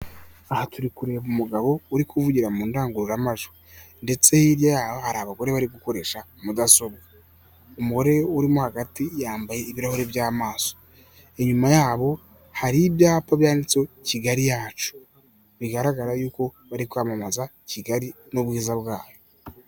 Aha turi kureba umugabo uri kuvugira mu ndangururamajwi. Ndetse hirya yaho hari abagore bari gukoresha mudasobwa. Umugore urimo hagati yambaye ibirahure by'amaso. Inyuma yabo hariho ibyapa byanditseho Kigali yacu. Bigaragara yuko bari kwamamaza Kigali n'ubwiza bwayo.